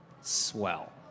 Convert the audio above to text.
swell